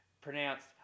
Pronounced